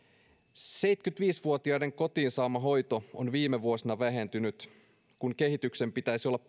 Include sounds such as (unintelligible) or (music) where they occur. seitsemänkymmentäviisi vuotiaiden kotiin saama hoito on viime vuosina vähentynyt kun kehityksen pitäisi olla (unintelligible)